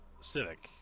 civic